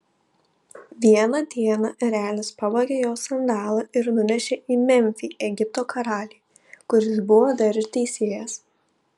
vieną dieną erelis pavogė jos sandalą ir nunešė į memfį egipto karaliui kuris buvo dar ir teisėjas